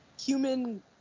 human